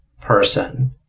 person